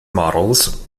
models